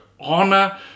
honor